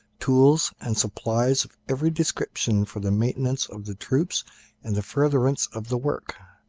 tools, and supplies of every description for the maintenance of the troops and the furtherance of the work.